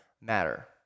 matter